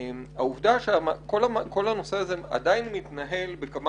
העובדה שכל הנושא הזה עדיין מתנהל בכמה